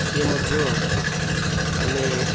ସିଏ ମଧ୍ୟ ଆମେ